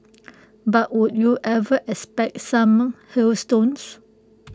but would you ever expect some hailstones